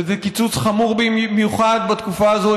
וזה קיצוץ חמור במיוחד בתקופה הזו,